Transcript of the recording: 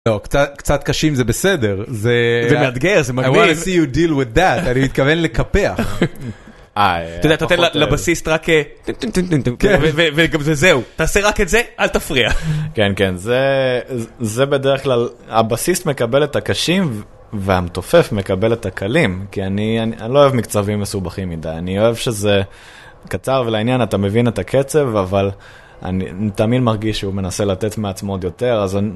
לא, קצת קשים זה בסדר, זה... זה מאתגר, זה מגניב. I want to see you deal with that, אני מתכוון לקפח. אתה יודע, אתה נותן לבסיסט רק... כן. וגם זהו, אתה עושה רק את זה, אל תפריע. כן, כן, זה בדרך כלל... הבסיסט מקבל את הקשים, והמתופף מקבל את הקלים, כי אני לא אוהב מקצבים מסובכים מדי, אני אוהב שזה קצר ולעניין אתה מבין את הקצב, אבל אני תמיד מרגיש שהוא מנסה לתת מעצמו עוד יותר, אז אני...